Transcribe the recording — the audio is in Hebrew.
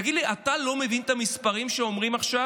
תגיד לי, אתה לא מבין את המספרים שאומרים עכשיו?